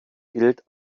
gilt